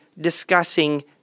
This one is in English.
discussing